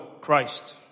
Christ